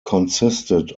consisted